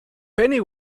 penny